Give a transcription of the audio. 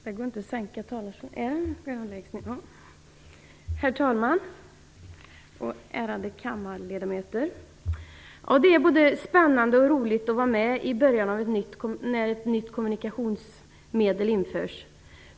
Herr talman! Ärade kammarledamöter! Det är både spännande och roligt att vara med när ett nytt kommunikationsmedel införs.